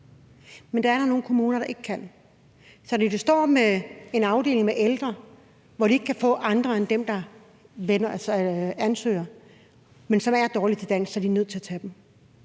Men der er nogle kommuner, der ikke kan. Så hvis vi står med en afdeling med ældre, hvor de ikke kan få andre end dem, der ansøger, men som er dårlige til dansk, så er de nødt til at tage dem.